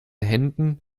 händen